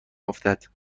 افتد